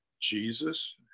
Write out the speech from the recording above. Jesus